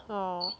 oh